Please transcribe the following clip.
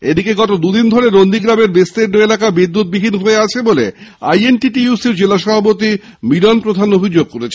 এদিকে গত দুদিন ধরে নন্দীগ্রামের বিস্তির্ণ এলাকা বিদ্যুৎবিহীন হয়ে আছে বলে আইএনটিটিইউসি র জেলা সভাপতি মিলন প্রধান অভিযোগ করেছেন